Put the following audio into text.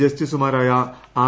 ജസ്റ്റിസുമാരായ ആർ